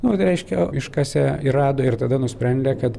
nu reiškia iškasė ir rado ir tada nusprendė kad